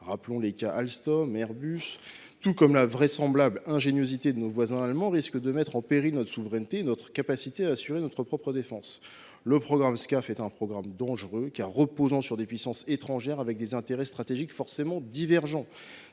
souvenons nous d’Alstom, d’Airbus –, tout comme la vraisemblable ingéniosité de nos voisins allemands, risquent de mettre en péril notre souveraineté et notre capacité à assurer notre propre défense. Le programme Scaf est un programme dangereux, car il repose sur des puissances étrangères, avec des intérêts stratégiques forcément divergents